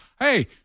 hey –